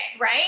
right